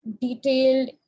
detailed